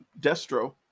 Destro